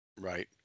Right